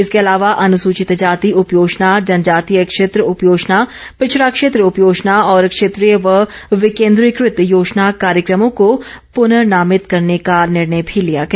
इसके अलावा अनुसूचित जाति उप योजना जनजातीय क्षेत्र उप योजना पिछड़ा क्षेत्र उप योजना और क्षेत्रीय व विकेन्द्रीकृत योजना कार्यकमों को प्रनर्नामित करने का निर्णय भी लिया गया